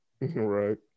Right